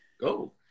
go